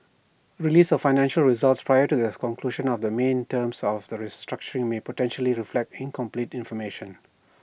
release of financial results prior to the conclusion of the main terms of the restructuring may potentially reflect incomplete information